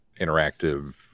interactive